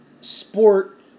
sport